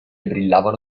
brillavano